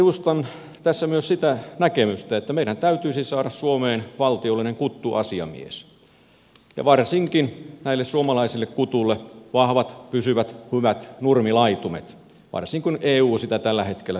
edustan tässä myös sitä näkemystä että meidän täytyisi saada suomeen valtiollinen kuttuasiamies ja varsinkin näille suomalaisille kutuille vahvat pysyvät hyvät nurmilaitumet varsinkin kun eu sitä tällä hetkellä hyvin suosittelee